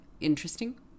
interesting